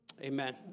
Amen